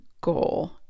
goal